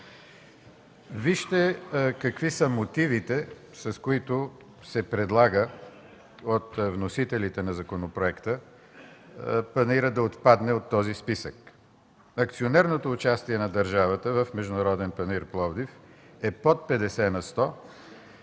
Вижте какви са мотивите, с които се предлага от вносителите на законопроекта панаирът да отпадне от този списък. Акционерното участие на държавата в „Международен